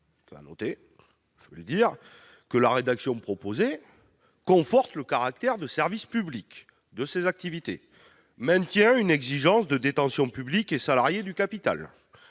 c'est à noter -que la rédaction proposée conforte le caractère de service public de ses activités, maintient une exigence de détention publique et salariée du capital